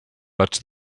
but